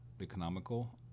economical